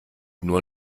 nur